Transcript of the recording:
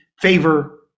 favor